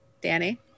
Danny